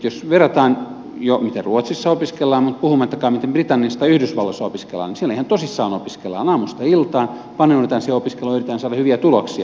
jos verrataan sitä miten ruotsissa opiskellaan mutta puhumattakaan miten britanniassa tai yhdysvalloissa opiskellaan niin siellä ihan tosissaan opiskellaan aamusta iltaan paneudutaan siihen opiskeluun ja yritetään saada hyviä tuloksia